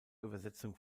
übersetzung